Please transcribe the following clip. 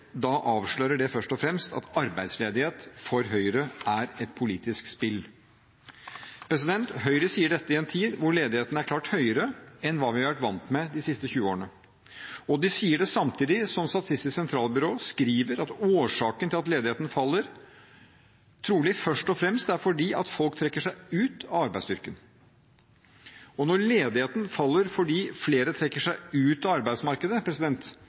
da avslører det først og fremst at arbeidsledighet for Høyre er et politisk spill. Høyre sier dette i en tid hvor ledigheten er klart høyere enn hva vi har vært vant med de siste tjue årene, og de sier det samtidig som Statistisk sentralbyrå skriver at årsaken til at ledigheten faller, trolig først og fremst er fordi folk trekker seg ut av arbeidsstyrken. Og når ledigheten faller fordi flere trekker seg ut av arbeidsmarkedet,